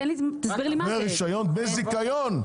דמי זיכיון.